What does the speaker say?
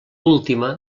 última